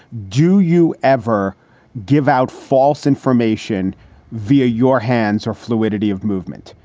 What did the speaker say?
do you ever give out false information via your hands or fluidity of movement,